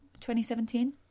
2017